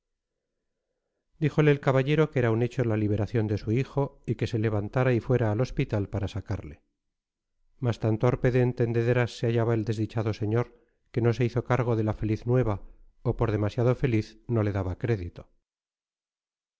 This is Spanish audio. díjole el caballero que era un hecho la liberación de su hijo y que se levantara y fuera al hospital para sacarle mas tan torpe de entendederas se hallaba el desdichado señor que no se hizo cargo de la feliz nueva o por demasiado feliz no le daba crédito